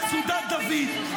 במצודת זאב.